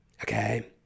Okay